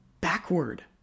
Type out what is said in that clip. backward